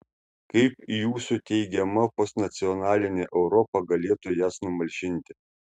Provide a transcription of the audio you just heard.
kaip jūsų teigiama postnacionalinė europa galėtų jas numalšinti